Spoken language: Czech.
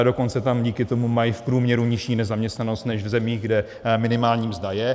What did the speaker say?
Dokonce tam díky tomu mají v průměru nižší nezaměstnanost než v zemích, kde minimální mzda je.